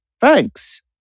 Thanks